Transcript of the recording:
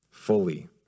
fully